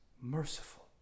merciful